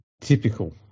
typical